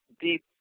deep